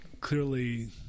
clearly